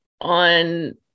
on